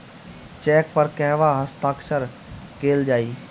Check पर कहवा हस्ताक्षर कैल जाइ?